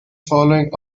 following